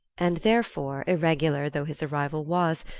and therefore, irregular though his arrival was,